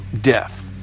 death